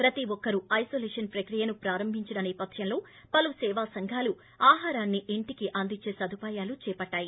ప్రతి ఒక్కరూ ఐనొలేషన్ ప్రక్రి య ను ప్రారంభించిన నేపథ్యంలో పలు సేవా సంఘాలు ఆహారం ఇంటికి అందించే సదుపాయాలు చేపట్లాయి